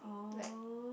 like